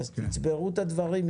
תצברו את הדברים.